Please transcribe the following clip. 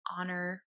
honor